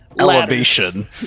elevation